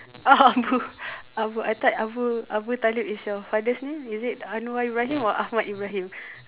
oh abu abu I thought abu-talok is your father's name is it anwar-ibrahim or ahmad-ibrahim